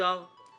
הצבעה בעד,